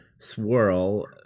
swirl